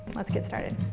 let's get started.